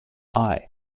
eye